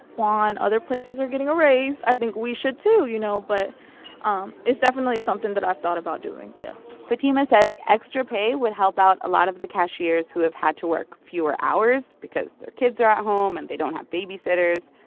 juan, other places are getting a raise. i think we should, too, you know? but um it's definitely something that i've thought about doing, yeah fatima says extra pay would help out a lot of the cashiers who have had to work fewer hours because their kids are at home and they don't have babysitters.